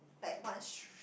like one sh~